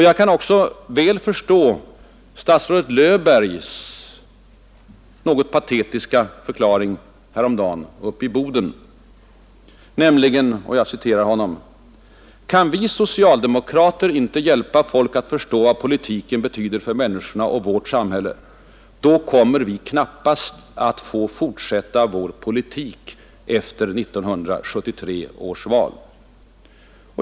Jag kan också väl förstå statsrådet Löfbergs något patetiska förklaring häromdagen uppe i Boden, nämligen att ”kan vi socialdemokrater inte hjälpa folk att förstå vad politiken betyder för människorna och vårt samhälle, då kommer vi knappast att få fortsätta vår politik efter 1973 års val”.